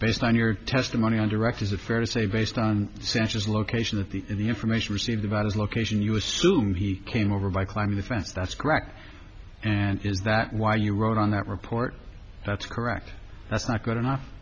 based on your testimony on direct is it fair to say based on centuries location of the information received about his location you assume he came over by climbing the fence that's correct and is that why you wrote on that report that's correct that's not good enough